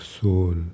soul